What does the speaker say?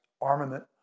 armament